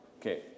Okay